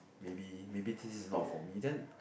maybe maybe this is not for me then